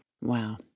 Wow